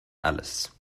alice